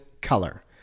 color